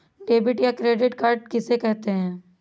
Debit या credit card किसे कहते हैं?